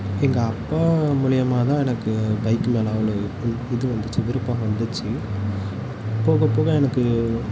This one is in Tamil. எங்கள் அப்பா மூலியமாக தான் எனக்கு பைக்கு மேலே அவ்வளோ இது வந்துச்சு விருப்பம் வந்துச்சு போக போக எனக்கு